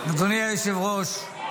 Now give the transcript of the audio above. היושב-ראש,